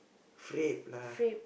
frappe lah